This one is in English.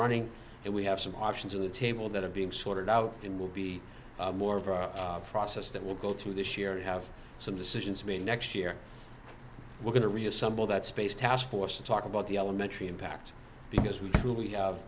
running and we have some options on the table that are being sorted out and will be more of a process that will go through this year and have some decisions made next year we're going to reassemble that space taskforce to talk about the elementary impact because we truly